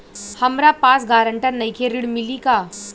हमरा पास ग्रांटर नईखे ऋण मिली का?